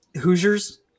Hoosiers